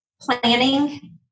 planning